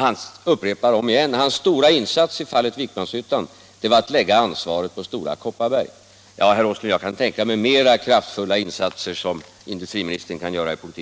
omigen upprepar att hans stora insats i fallet Vikmanshyttan varit att lägga ansvaret på Stora Kopparberg. Jag kan, herr Åsling, tänka mig mera kraftfulla insatser från industriministerns sida.